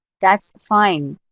that's fine.